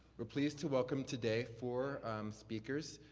we're pleased to welcome today four speakers.